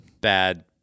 bad